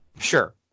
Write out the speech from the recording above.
Sure